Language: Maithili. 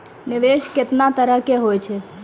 निवेश केतना तरह के होय छै?